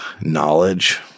knowledge